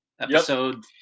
Episode